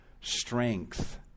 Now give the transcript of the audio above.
strength